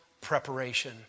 preparation